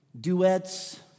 duets